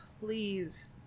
please